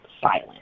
silent